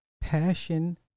Passion